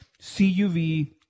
CUV